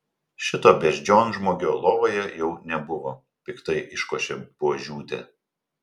šito beždžionžmogio lovoje jau nebuvo piktai iškošė buožiūtė